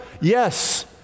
Yes